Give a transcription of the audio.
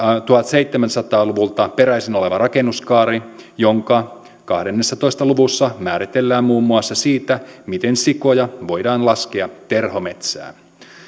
tuhatseitsemänsataa luvulta peräisin oleva rakennuskaari jonka kahdessatoista luvussa määritellään muun muassa siitä miten sikoja voidaan laskea terhometsään